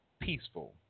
peaceful